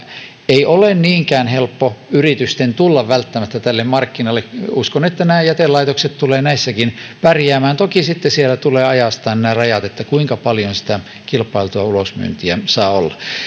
ei ole niinkään helppo yritysten tulla välttämättä tälle markkinalle uskon että nämä jätelaitokset tulevat näissäkin pärjäämään toki sitten siellä tulee ajastaa nämä rajat kuinka paljon sitä kilpailtua ulosmyyntiä saa olla